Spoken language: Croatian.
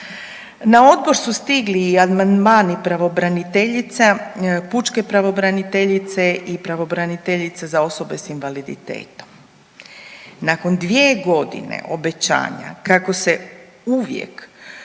Na odbor su stigli i amandmani pravobraniteljica, pučke pravobraniteljice i pravobraniteljice za osobe sa invaliditetom. Nakon 2.g. obećanja kako se uvijek,